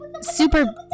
super